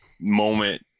moment